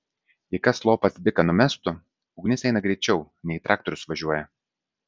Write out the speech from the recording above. jei kas lopas biką numestų ugnis eina greičiau nei traktorius važiuoja